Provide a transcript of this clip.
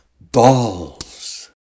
balls